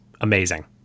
amazing